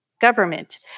government